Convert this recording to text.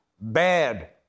bad